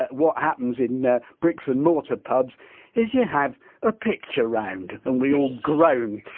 but what happens in ah bricks and mortar pubs is you have a picture round and we all groan.